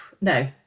no